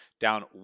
down